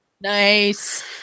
Nice